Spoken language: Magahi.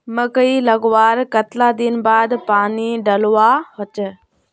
मकई लगवार कतला दिन बाद पानी डालुवा होचे?